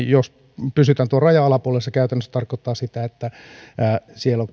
jos pysytään tuon rajan alapuolella se käytännössä tarkoittaa sitä että siellä on